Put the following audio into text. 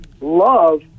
love